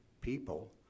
people